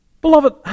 Beloved